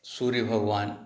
सूर्य भगवान